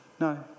No